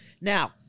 Now